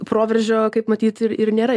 proveržio kaip matyt ir ir nėra